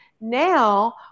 now